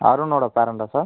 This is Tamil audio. அருணோட பேரண்ட்டா சார்